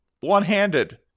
One-handed